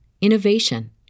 innovation